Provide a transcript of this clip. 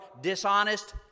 dishonest